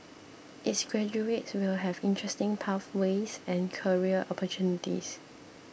its graduates will have interesting pathways and career opportunities